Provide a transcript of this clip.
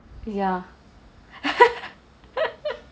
ya